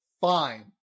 fine